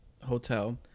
hotel